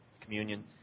communion